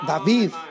David